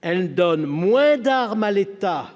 elle donne moins d'armes à l'État